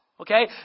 Okay